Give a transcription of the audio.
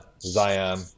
Zion